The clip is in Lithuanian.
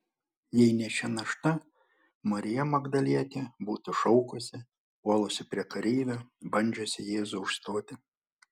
jei ne ši našta marija magdalietė būtų šaukusi puolusi prie kareivių bandžiusi jėzų užstoti